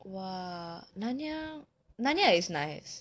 !wah! narnia narnia is nice